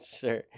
Sure